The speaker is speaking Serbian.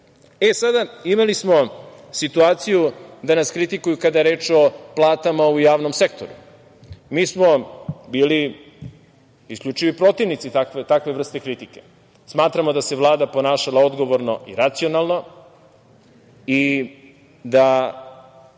od 6%.Imali smo situaciju da nas kritikuju kada je reč o platama u javnom sektoru. Mi smo bili isključivi protivnici takve vrste kritike. Smatramo da se Vlada ponašala odgovorno i racionalno i da